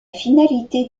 finalité